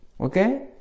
Okay